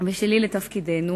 ושלי לתפקידנו